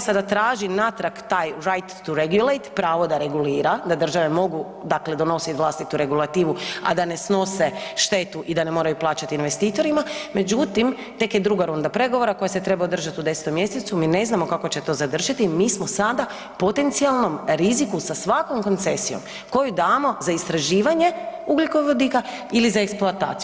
sada traži natrag taj right to regulate pravo da regulira da države mogu dakle donositi vlastitu regulativu, a da ne snose štetu i da ne moraju plaćati investitorima međutim tek je druga runda pregovora koja se treba održati u 10. mjesecu, mi ne znamo kako će to završiti i mi smo sada u potencijalnom riziku sa svakom koncesijom koju damo za istraživanje ugljikovodika ili za eksploataciju.